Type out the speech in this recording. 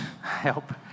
Help